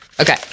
Okay